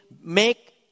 make